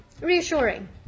reassuring